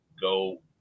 go